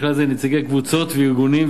ובכלל זה נציגי קבוצות וארגונים,